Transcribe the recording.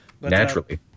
Naturally